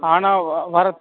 ஆனால் வர